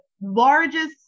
largest